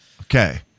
Okay